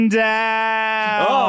down